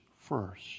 first